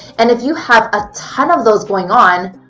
and if you have a ton of those going on,